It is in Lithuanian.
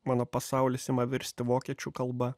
mano pasaulis ima virsti vokiečių kalba